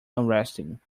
unresting